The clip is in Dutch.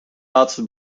laatste